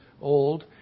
old